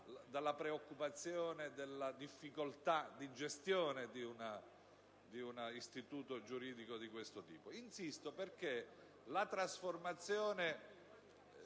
dalla preoccupazione della difficoltà di gestione di un istituto giuridico di questo tipo? Insisto per tenere conto della trasformazione